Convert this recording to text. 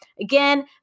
again